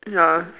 ya